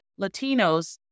Latinos